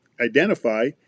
identify